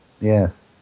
Yes